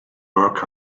work